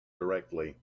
directly